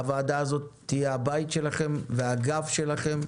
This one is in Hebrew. הוועדה הזאת תהיה הבית שלכם והגב שלכם,